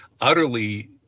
utterly